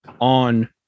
on